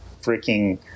freaking